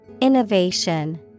Innovation